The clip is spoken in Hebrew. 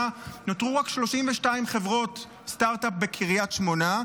נותרו רק 32 חברות סטרטאפ בקריית שמונה,